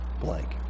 blank